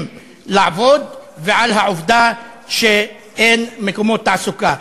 לעבוד ועל העובדה שאין מקומות תעסוקה.